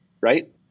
Right